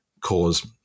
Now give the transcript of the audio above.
cause